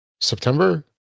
september